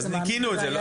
אז ניקינו את זה.